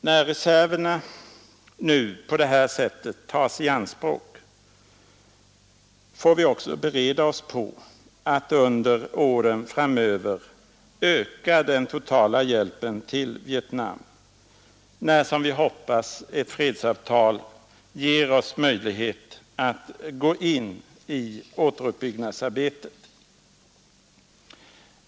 Då reserverna nu på detta sätt tas i anspråk får vi också bereda oss på att under åren framöver öka den totala hjälpen till Vietnam, när — som vi hoppas — ett fredsavtal ger oss möjlighet att gå in i återuppbyggnadsarbetet.